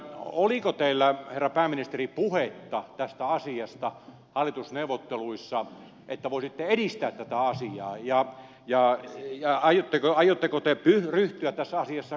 oliko teillä herra pääministeri puhetta tästä asiasta hallitusneuvotteluissa että voisitte edistää tätä asiaa ja aiotteko te ryhtyä tässä asiassa käytännön toimiin